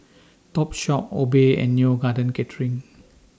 Topshop Obey and Neo Garden Catering